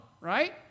right